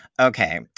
Okay